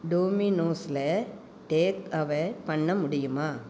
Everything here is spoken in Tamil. டோமினோஸ்சில் டேக் அவ பண்ண முடியுமா